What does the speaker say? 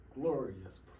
glorious